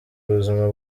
ubuzima